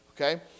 Okay